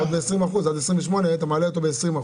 עד 2028 אתה מעלה אותו ב-20%.